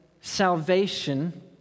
salvation